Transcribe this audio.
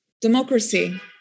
democracy